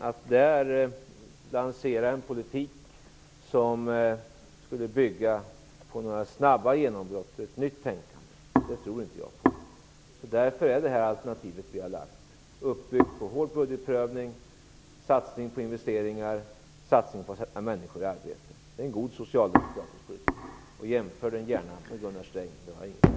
Att lansera en politik som bygger på snabba genombrott för ett nytt tänkande tror jag inte på. Därför är det alternativ som vi har lagt fram uppbyggt på vår budgetprövning, satsning på investeringar och satsning på att sätta människor i arbete. Det är en god socialdemokratisk politik. Gör gärna jämförelser med Gunnar Sträng, det har jag ingenting emot.